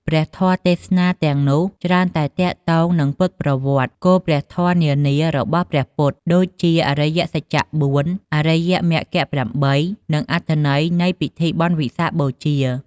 ព្រះធម៌ទេសនាទាំងនោះច្រើនតែទាក់ទងនឹងពុទ្ធប្រវត្តិ គោលព្រះធម៌នានារបស់ព្រះពុទ្ធ ដូចជាអរិយសច្ចៈ៤ អរិយមគ្គ៨ និងអត្ថន័យនៃពិធីបុណ្យវិសាខបូជា។